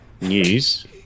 News